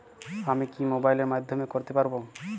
আমি কি মোবাইলের মাধ্যমে করতে পারব?